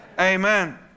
Amen